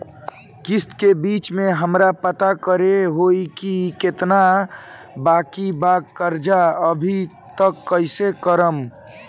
किश्त के बीच मे हमरा पता करे होई की केतना बाकी बा कर्जा अभी त कइसे करम?